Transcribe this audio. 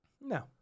No